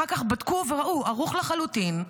אחר כך בדקו וראו: ערוך לחלוטין,